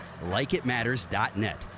LikeItMatters.net